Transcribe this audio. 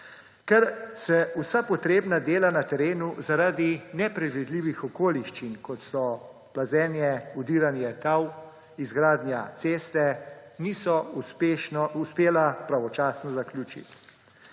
ker se vsa potrebna dela na terenu zaradi nepredvidljivih okoliščin, kot so plazenje, udiranje tal, izgradnja ceste, niso uspela pravočasno zaključiti.